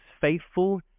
faithful